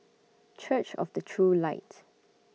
Church of The True Light